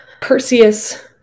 Perseus